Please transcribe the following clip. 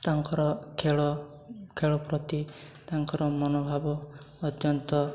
ତାଙ୍କର ଖେଳ ଖେଳ ପ୍ରତି ତାଙ୍କର ମନୋଭାବ ଅତ୍ୟନ୍ତ